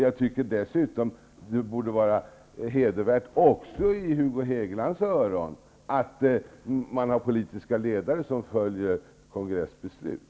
Jag tycker dessutom att det borde vara hedervärt även i Hugo Hegelands öron att man har politiska ledare som följer kongressbeslut.